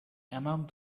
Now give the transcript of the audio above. among